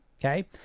Okay